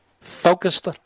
focused